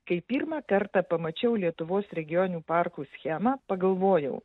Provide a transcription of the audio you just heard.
kai pirmą kartą pamačiau lietuvos regioninių parkų schemą pagalvojau